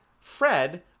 Fred